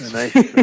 nice